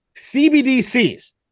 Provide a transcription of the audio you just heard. CBDCs